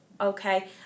okay